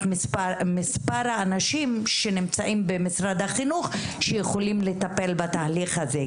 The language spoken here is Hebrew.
מספר האנשים שנמצאים במשרד החינוך שיכולים לטפל בתהליך הזה,